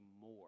more